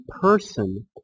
person